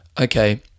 okay